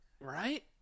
Right